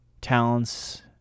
talents